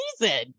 season